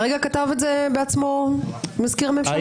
כרגע כתב את זה מזכיר הממשלה.